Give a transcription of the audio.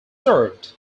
served